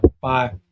Bye